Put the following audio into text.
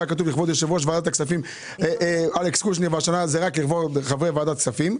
ליושב-ראש ועדת הכספים אלכס קושניר והשנה זה כבוד חברי ועדת הכספים,